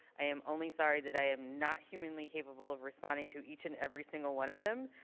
i am only sorry that i am not humanly capable of responding to each and every single one of them,